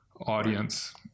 audience